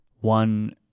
one